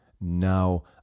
Now